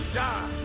die